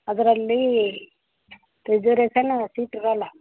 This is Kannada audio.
ಅದರಲ್ಲಿ ರಿಸರ್ವೇಶನ್ ಸೀಟ್ ಇರೋಲ್ಲ